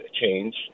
change